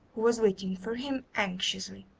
who was waiting for him anxiously.